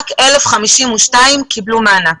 רק 1,052 קיבלו מענק.